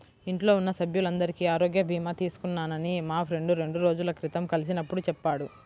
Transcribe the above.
ఇంట్లో ఉన్న సభ్యులందరికీ ఆరోగ్య భీమా తీసుకున్నానని మా ఫ్రెండు రెండు రోజుల క్రితం కలిసినప్పుడు చెప్పాడు